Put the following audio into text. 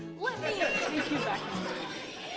let me take you back in time.